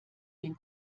den